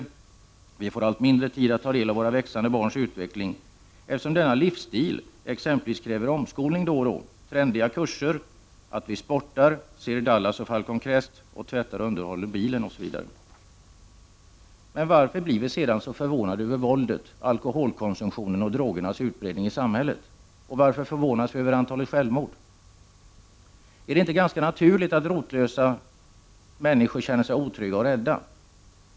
Och vi får allt mindre tid att ta del av våra växande barns utveckling, eftersom denna livsstil exempelvis kräver omskolning då och då och trendiga kurser samt att vi sportar, ser Dallas och Falcon Crest, tvättar och underhåller bilen osv. Men varför blir vi sedan så förvånade över våldet, alkoholkonsumtionen och drogernas utbredning i samhället? Och varför förvånas vi över antalet självmord? Är det inte ganska naturligt att rotlösa människor känner sig otrygga och rädda?